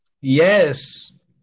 Yes